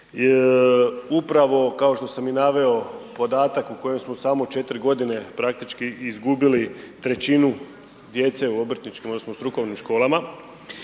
upravo kao što sam i naveo podatak u kojem smo samo 4 godine praktički izgubili trećinu djece u obrtničkim odnosno strukovnim školama